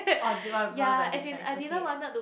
orh do you wanna okay